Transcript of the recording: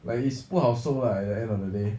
like it's 不好受 right at the end of the day